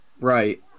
right